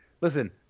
Listen